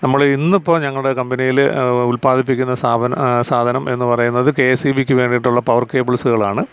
നമ്മൾ ഇന്നിപ്പോൾ ഞങ്ങളുടെ കമ്പനിയിൽ ഉല്പാദിപ്പിക്കുന്ന സ്ഥാപനം സാധനം എന്നു പറയുന്നത് കെ എസ് ഇ ബിക്ക് വേണ്ടിയിട്ടുള്ള പവർ കേബിൾസുകളാണ്